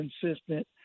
consistent